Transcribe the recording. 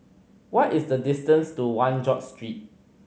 what is the distance to One George Street